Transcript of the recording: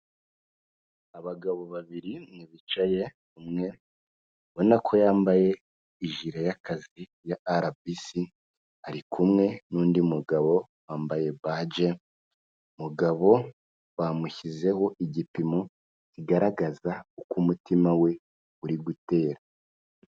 Abagabo babiri bicaye, umwe ubona ko yambaye ijire y'akazi ya RBC ari kumwe n'undi mugabo wambaye baje, umugabo bamushyizeho igipimo kigaragaza uko umutima we uri gutera.